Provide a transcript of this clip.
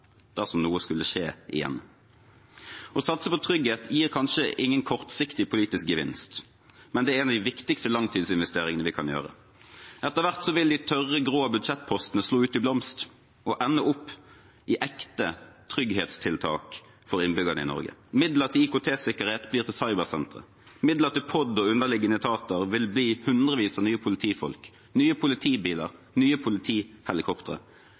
dersom noe skulle skje igjen. Å satse på trygghet gir kanskje ingen kortsiktig politisk gevinst, men det er en av de viktigste langtidsinvesteringene vi kan gjøre. Etter hvert vil de tørre, grå budsjettpostene slå ut i blomst og ende opp i ekte trygghetstiltak for innbyggerne i Norge. Midler til IKT-sikkerhet blir til cybersentre, midler til POD og underliggende etater vil bli hundrevis av nye politifolk, nye politibiler, nye